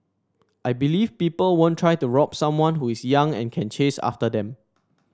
I believe people won't try to rob someone who is young and can chase after them